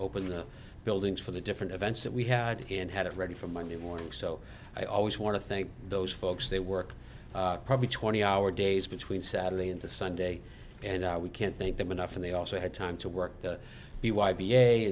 open the buildings for the different events that we had and had it ready for monday morning so i always want to thank those folks that work probably twenty hour days between saturday into sunday and we can't thank them enough and they also had time to work the b y b a